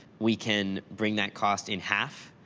we can bring that cost in half.